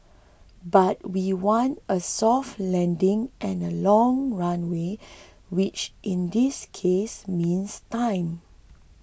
but we want a soft landing and a long runway which in this case means time